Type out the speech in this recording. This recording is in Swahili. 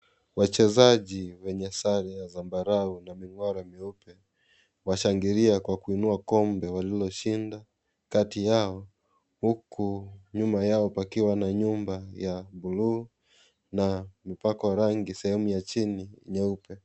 Wachezaji wenye sare ya zambarau na ming'ora nyeupe...nyeupe washangilia kwa kuinua kombe walioshinda kati yao huku nyuma yao wakiwa na nyumba ya buluu na imepakwa rangi sehemu ya chini nyeupe.